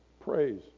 Praise